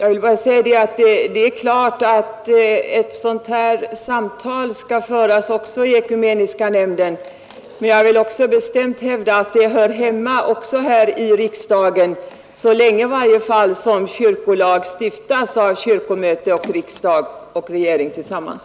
Herr talman! Det är klart att ett sådant här samtal skall föras också i ekumeniska nämnden. Men det är självklart att det hör hemma också här i riksdagen — i varje fall så länge kyrkolag stiftas av kyrkomöte, riksdag och regering tillsammans.